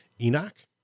Enoch